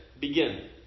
begin